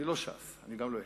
אני לא ש"ס, אני גם לא אהיה.